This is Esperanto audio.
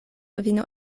vino